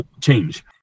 change